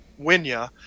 Winya